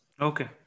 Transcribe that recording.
Okay